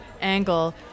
angle